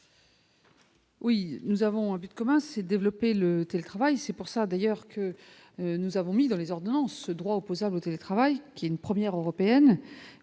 Oui, nous avons un but commun c'est développer le télétravail, c'est pour ça d'ailleurs que nous avons mis dans les ordonnances, ce droit opposable au télétravail, qui est une première européenne,